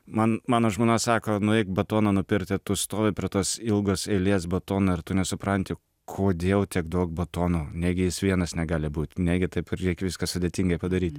man mano žmona sako nueik batoną nupirkti tu stovi prie tos ilgos eilės batono ir tu nesupranti kodėl tiek daug batono negi jis vienas negali būt negi taip ireikia viską sudėtingai padaryt